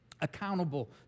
Accountable